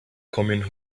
coming